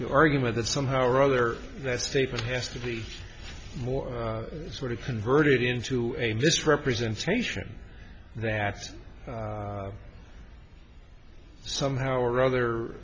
the argument that somehow or other that statement has to be more sort of converted into a misrepresentation that somehow or other